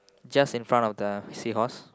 just in front of the seahorse